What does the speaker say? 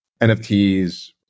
NFTs